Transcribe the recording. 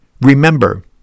Remember